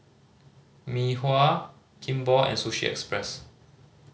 Mei Hua Kimball and Sushi Express